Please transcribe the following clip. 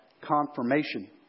confirmation